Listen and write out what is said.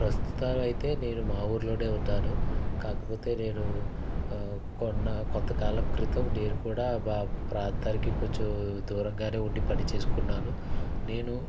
ప్రస్తుతం అయితే నేను మా ఊర్లోనే ఉంటాను కాకపోతే నేను కొండా కొంతకాలం క్రితం నేను కూడా మా ప్రాంతానికి కొంచెం దూరంగానే ఉండి పని చేసుకున్నాను నేను